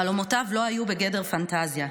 חלומותיו לא היו בגדר פנטזיה.